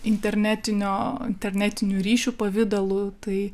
internetinio internetinio ryšio pavidalu tai